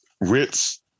Ritz